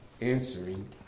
answering